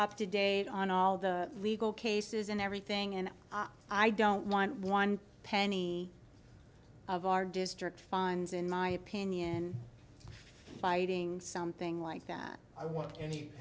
up to date on all the legal cases and everything and i don't want one penny of our district funds in my opinion fighting something like that i w